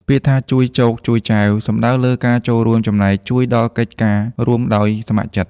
ពាក្យថា «ជួយចូកជួយចែវ» សំដៅលើការចូលរួមចំណែកជួយដល់កិច្ចការរួមដោយស្ម័គ្រចិត្ត។